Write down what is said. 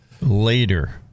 later